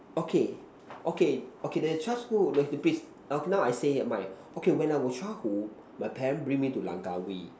okay okay okay the child school those the beats okay now I say my okay when I was childhood my parents bring me to Langkawi